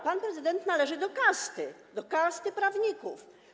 Pan prezydent należy do kasty - do kasty prawników.